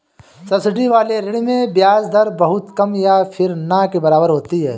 subsidy वाले ऋण में ब्याज दर बहुत कम या फिर ना के बराबर होती है